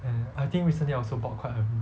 and I think recently I also bought quite a bit